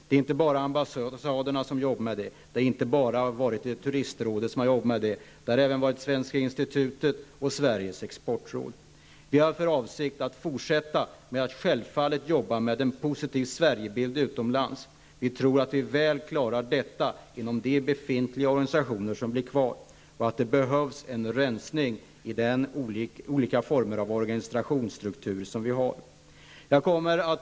Det är inte bara ambassaderna och turistrådet som har arbetat med detta. Även Svenska institutet och Sveriges exportråd har gjort insatser. Vi har självfallet för avsikt att fortsätta med att arbeta för en positiv Sverigebild utomlands. Vi tror att vi väl klarar detta inom de organisationer som blir kvar. Det behövs en rensning i den organisationsstruktur som vi har.